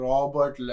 Robert